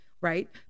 right